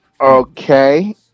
Okay